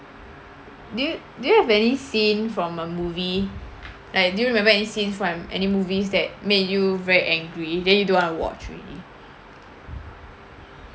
do you do you have any scene from a movie like do you remember any scenes from any movies that made you very angry then you don't want watch already